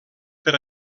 per